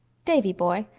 davy-boy,